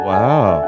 Wow